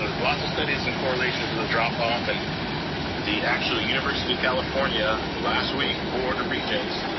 ah lots of studies and correlations of the drop off, and the actual university of california, last week, board of regions,